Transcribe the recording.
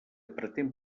pretén